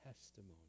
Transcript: testimony